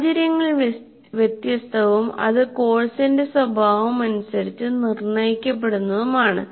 സാഹചര്യങ്ങൾ വ്യത്യസ്തവും അത് കോഴ്സിന്റെ സ്വഭാവമനുസരിച്ച് നിർണ്ണയിക്കപ്പെടുന്നതുമാണ്